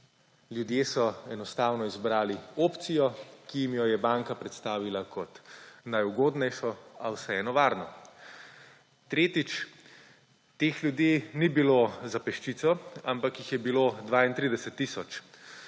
ljudje so enostavno izbrali opcijo, ki jim jo je banka predstavila kot najugodnejšo, a vseeno varno. Tretjič. Teh ljudi ni bilo za peščico, ampak jih je bilo 32 tisoč.